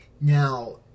Now